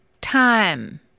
time